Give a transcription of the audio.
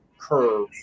curve